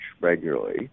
regularly